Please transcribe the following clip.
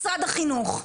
משרד החינוך,